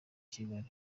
kigali